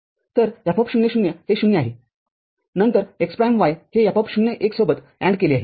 तर F00 हे ०आहेनंतर x प्राईम y हे F0 १सोबत AND केले आहे